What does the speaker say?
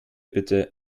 bitte